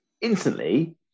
Instantly